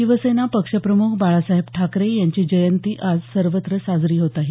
शिवसेना पक्षप्रम्ख बाळासाहेब ठाकरे यांची जयंती आज सर्वत्र साजरी होत आहे